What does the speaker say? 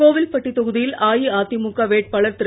கோவில்பட்டிதொகுதியில்அஇஅதிமுகவேட்பாளர்திரு